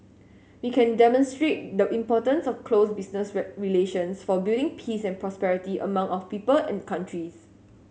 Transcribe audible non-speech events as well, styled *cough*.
we can demonstrate the importance of close business *unintelligible* relations for building peace and prosperity among our people and countries